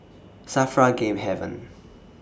SAFRA Game Haven